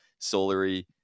Solary